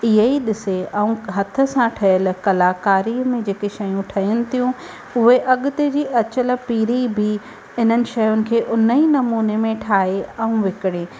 इएं ई ॾिसे ऐं हथ सां ठहियलु कलाकारीअ में जेके शयूं ठहनि थियूं उहे अॻिते जी अचियलु पीड़ी बि इन्हनि शयुनि खे उन्हीअ नमूने में ठाहे ऐं विकिणे